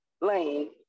lane